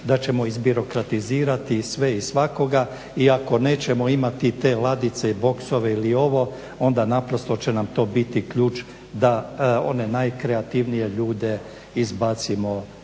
da ćemo izbirokratizirati sve i svakoga i ako nećemo imati te ladice i boksove ili ovo onda naprosto će nam to biti ključ da one najkreativnije ljude izbacimo iz igre.